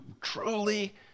truly